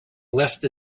left